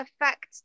affect